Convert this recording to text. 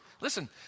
Listen